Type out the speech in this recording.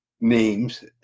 names